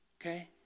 Okay